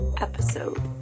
episode